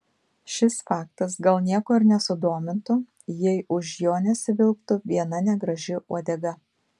šis faktas gal nieko ir nesudomintų jei už jo nesivilktų viena negraži uodega